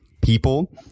people